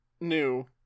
new